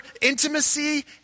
intimacy